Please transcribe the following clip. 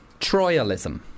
Troyalism